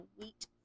wheat